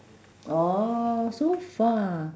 oh so far